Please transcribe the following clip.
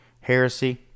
Heresy